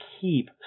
keep